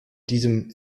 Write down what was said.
diesem